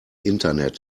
internet